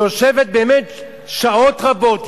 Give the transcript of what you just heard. שיושבת באמת שעות רבות,